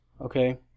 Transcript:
okay